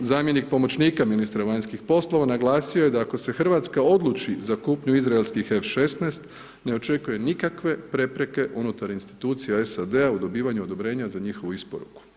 zamjenik pomoćnika ministra vanjskih poslova naglasio je da ako se Hrvatska odluči za kupnju izraelskih F16 ne očekuje nikakve prepreke unutar institucija SAD-a u dobivanju odobrenja za njihovu isporuku.